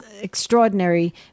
extraordinary